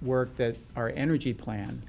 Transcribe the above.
work that our energy plan